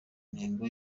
ntego